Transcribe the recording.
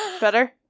better